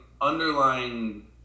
underlying